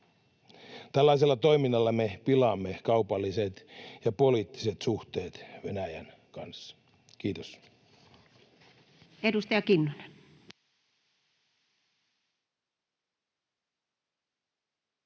Tällaisella toiminnalla me pilaamme kaupalliset ja poliittiset suhteet Venäjän kanssa. — Kiitos.